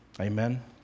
Amen